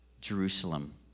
Jerusalem